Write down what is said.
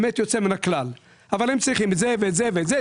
באמת יוצא מן הכלל אבל הם צריכים את זה ואת זה ואת זה ולא אמנה.